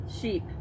sheep